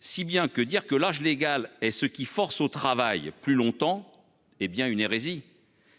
Si bien que dire que l'âge légal et ce qui force au travail plus longtemps. Hé bien, une hérésie